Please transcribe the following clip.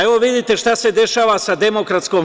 Evo, vidite šta se dešava sa DS.